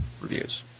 reviews